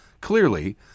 Clearly